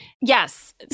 Yes